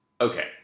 Okay